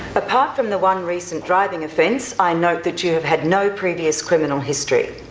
apart from the one recent driving offence i note that you have had no previous criminal history.